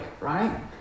right